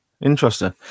interesting